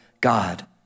God